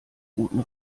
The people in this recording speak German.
guten